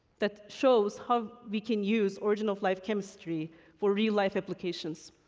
that shows how we can use origin of life chemistry for real-life applications,